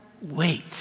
wait